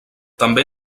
també